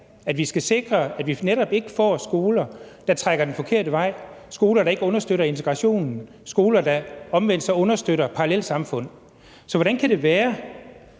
at vi skal sikre, at vi netop ikke får skoler, der trækker den forkerte vej, skoler, der ikke understøtter integrationen, skoler, der så omvendt understøtter parallelsamfund. Så hvordan kan det være,